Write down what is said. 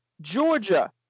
Georgia